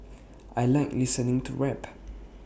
I Like listening to rap